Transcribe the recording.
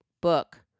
book